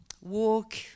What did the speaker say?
walk